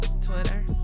Twitter